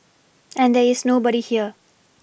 and there is nobody here